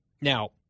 Now